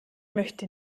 möchte